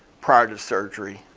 prior to surgery.